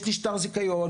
יש לי שטר זיכיון,